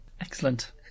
excellent